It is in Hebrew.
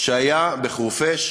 אתה תעשה לי הנחה אם אני אחרוג.